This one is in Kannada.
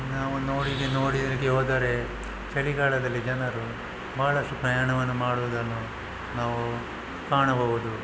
ನಾವು ನೋಡಲಿಕ್ಕೆ ಹೋದರೆ ಚಳಿಗಾಲದಲ್ಲಿ ಜನರು ಬಹಳಷ್ಟು ಪ್ರಯಾಣವನ್ನು ಮಾಡುವುದನ್ನು ನಾವು ಕಾಣಬಹುದು